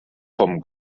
vom